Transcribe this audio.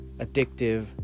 addictive